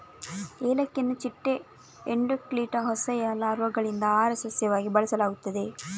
ಏಲಕ್ಕಿಯನ್ನು ಚಿಟ್ಟೆ ಎಂಡೋಕ್ಲಿಟಾ ಹೋಸೆಯ ಲಾರ್ವಾಗಳಿಂದ ಆಹಾರ ಸಸ್ಯವಾಗಿ ಬಳಸಲಾಗುತ್ತದೆ